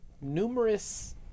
numerous